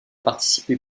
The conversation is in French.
participé